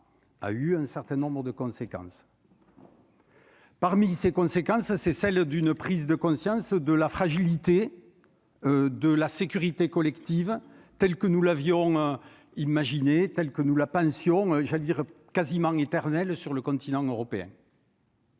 a eu un certains nombres de conséquences. Parmi ces conséquences, c'est celle d'une prise de conscience de la fragilité de la sécurité collective telle que nous l'avions imaginé telle que nous la pension, j'allais dire quasiment éternel sur le continent européen.